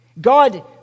God